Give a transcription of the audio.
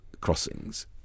crossings